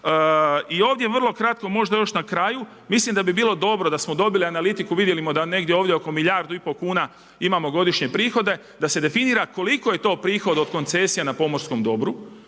I ovdje vrlo kratko možda još na kraju. Mislim da bi bilo dobro da smo dobili analitiku, vidjeli da ovdje negdje oko milijardu i pol kuna imamo godišnje prihode, da se definira koliki je to prihod od koncesija na pomorskom dobru,